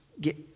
get